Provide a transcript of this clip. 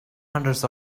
hundreds